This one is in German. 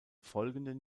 folgenden